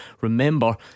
Remember